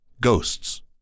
ghosts